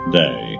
day